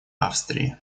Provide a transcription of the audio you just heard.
австрии